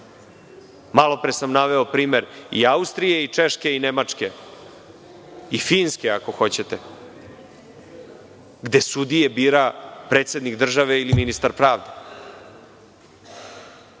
odluke. Malopre sam naveo primer Austrije i Češke i Nemačke i Finske, ako hoćete, gde sudije bira predsednik države ili ministar pravde.